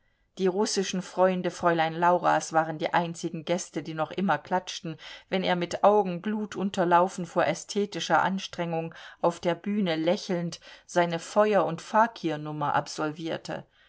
die russischen freunde fräulein lauras waren die einzigen gäste die noch immer klatschten wenn er mit augen blutunterlaufen vor ästhetischer anstrengung auf der bühne lächelnd seine feuer und fakirnummer absolvierte